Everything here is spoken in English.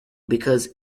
because